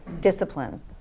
discipline